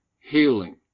healing